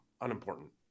unimportant